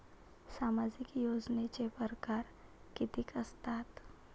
सामाजिक योजनेचे परकार कितीक असतात?